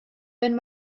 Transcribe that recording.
wenn